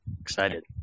Excited